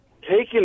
taking